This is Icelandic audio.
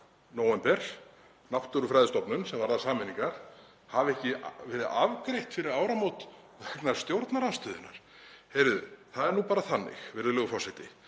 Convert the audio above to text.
nóvember, Náttúrufræðistofnun, sem varðar sameiningar, hafi ekki verið afgreitt fyrir áramót vegna stjórnarandstöðunnar. Heyrðu, það er nú bara þannig, virðulegur forseti,